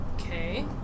Okay